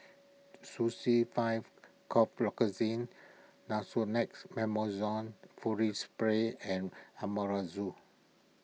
five Cough Nasonex Furoate Spray and Amelozole